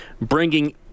bringing